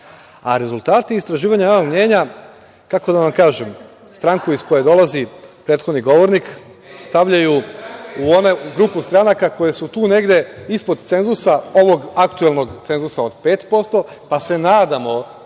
Rezultati istraživanja javnog mnjenja, kako da vam kažem, stranku iz koje dolazi prethodni govornik stavljaju u grupu stranaka koje su tu negde ispod cenzusa ovog aktuelnog cenzusa od 5%, pa se nadamo